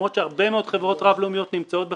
למרות שהרבה מאוד חברות רב-לאומיות נמצאות בחיפה,